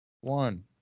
One